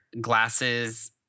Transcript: glasses